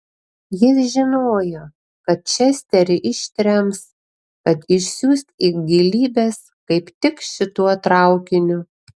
jis žinojo kad česterį ištrems kad išsiųs į gilybes kaip tik šituo traukiniu